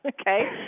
okay